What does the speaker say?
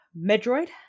Medroid